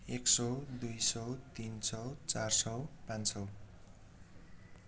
एक सय दुई सय तिन सय चार सय पाँच सय